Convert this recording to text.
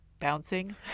bouncing